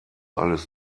alles